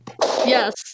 Yes